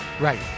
right